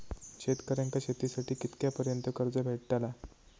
शेतकऱ्यांका शेतीसाठी कितक्या पर्यंत कर्ज भेटताला?